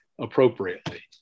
appropriately